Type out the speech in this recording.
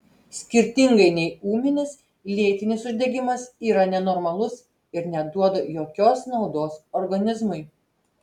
skirtingai nei ūminis lėtinis uždegimas yra nenormalus ir neduoda jokios naudos organizmui